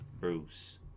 Bruce